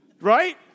Right